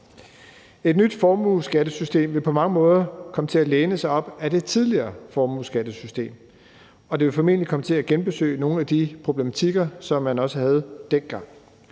Et nyt formueskattesystem vil på mange måder komme til at læne sig op ad det tidligere formueskattesystem, og det vil formentlig komme til at genbesøge nogle af de problematikker, som man også havde dengang.